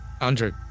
Andrew